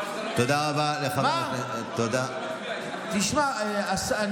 תודה רבה לחבר הכנסת, חבל שאתה לא מצביע.